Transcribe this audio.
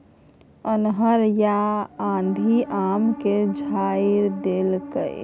अन्हर आ आंधी आम के झाईर देलकैय?